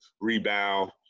rebound